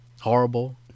horrible